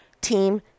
team